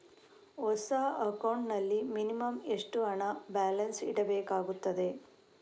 ಹೊಸ ಅಕೌಂಟ್ ನಲ್ಲಿ ಮಿನಿಮಂ ಎಷ್ಟು ಹಣ ಬ್ಯಾಲೆನ್ಸ್ ಇಡಬೇಕಾಗುತ್ತದೆ?